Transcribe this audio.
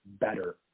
better